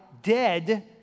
dead